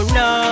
no